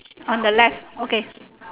on the left okay